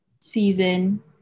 season